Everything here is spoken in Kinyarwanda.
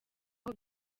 aho